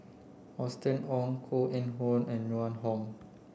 Austen Ong Koh Eng Hoon and Joan Hon